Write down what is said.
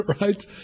right